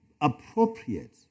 appropriate